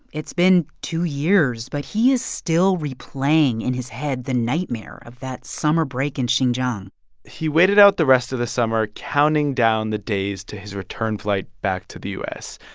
it's been two years, but he is still replaying in his head the nightmare of that summer break in xinjiang he waited out the rest of the summer counting down the days to his return flight back to the u s,